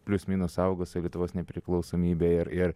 plius minus augo su lietuvos nepriklausomybe ir ir